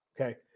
Okay